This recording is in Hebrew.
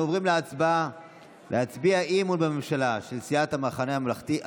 אנו עוברים להצבעת האי-אמון בממשלה של סיעת המחנה הממלכתי.